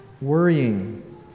worrying